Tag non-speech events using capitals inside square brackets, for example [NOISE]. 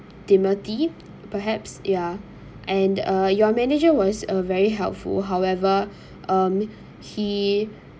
timmothy perhaps ya and uh your manager was a very helpful however [BREATH] um he